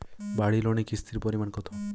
বাড়ি লোনে কিস্তির পরিমাণ কত?